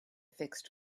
fixed